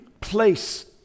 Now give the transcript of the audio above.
place